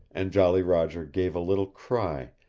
and jolly roger gave a little cry,